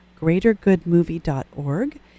greatergoodmovie.org